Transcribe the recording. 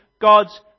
God's